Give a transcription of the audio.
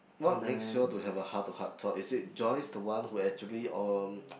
what makes you all to have a heart to heart talk is it Joyce the one who actually or